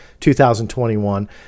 2021